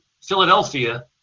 Philadelphia